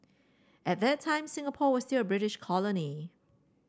at that time Singapore was still a British colony